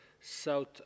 South